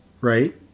right